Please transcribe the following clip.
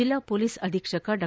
ಜಿಲ್ಲಾ ಪೊಲೀಸ್ ಅಧೀಕ್ಷಕ ಡಾ